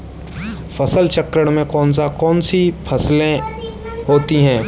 फसल चक्रण में कौन कौन सी फसलें होती हैं?